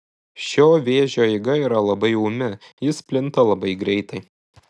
šio vėžio eiga yra labai ūmi jis plinta labai greitai